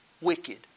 wicked